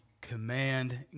command